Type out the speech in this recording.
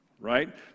Right